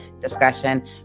discussion